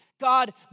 God